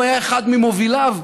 הוא היה אחד ממוביליו.